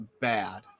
bad